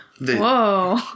Whoa